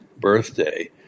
birthday